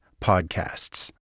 podcasts